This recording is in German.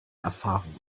erfahrung